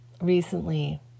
recently